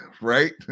right